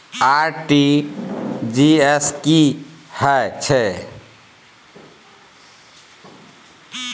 RTG S की है छै?